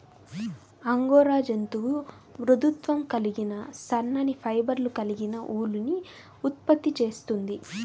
angora జంతువు మృదుత్వం కలిగిన సన్నని ఫైబర్లు కలిగిన ఊలుని ఉత్పత్తి చేస్తుంది